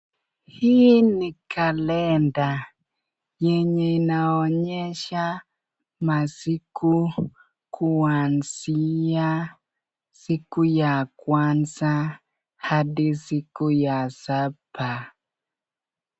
Hii ni kalenda yenye inaonyesha masiku kuanzia siku ya kwanza hadi siku ya saba.